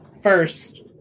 First